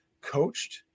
coached